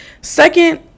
second